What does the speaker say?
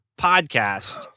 podcast